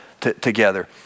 together